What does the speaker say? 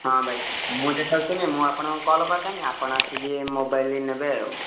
ହଁ ଭାଇ ମୁଁ ଯେତେବେଳେ ଥିମି ମୁଁ ଆପଣଙ୍କୁ କଲ୍ କରିଦେମି ଆପଣ ଆସିକି ମୋବାଇଲ ନେବେ ଆଉ